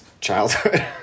childhood